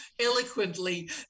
eloquently